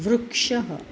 वृक्षः